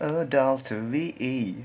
oh down to V E